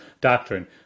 doctrine